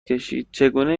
کشیدچگونه